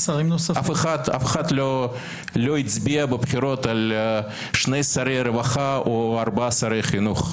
אף אחד לא הצביע בבחירות על שני שרי רווחה או ארבעה שרי חינוך,